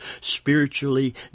spiritually